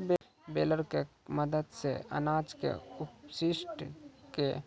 baler के मदद सॅ अनाज के अपशिष्ट क